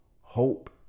hope